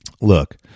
Look